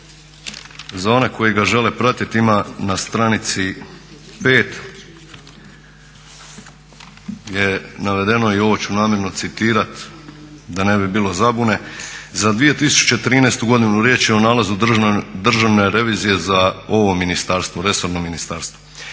za one koji ga žele pratiti ima na stranici 5.je navedeno i ovo ću namjerno citirati da ne bi bio zabune "Za 2013.godinu riječ je o nalazu državne revizije za ovo ministarstvo, resorno ministarstvo,